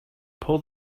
pull